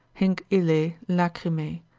hinc illae, lachrymae,